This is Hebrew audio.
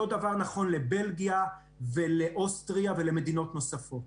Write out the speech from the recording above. אותו דבר נכון לבלגיה, לאוסטריה ולמדינות נוספות.